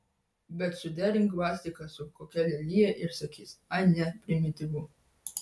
bet suderink gvazdiką su kokia lelija ir sakys ai ne primityvu